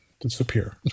disappear